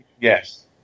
Yes